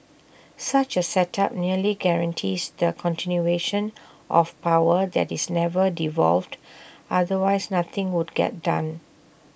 such A setup nearly guarantees the continuation of power that is never devolved otherwise nothing would get done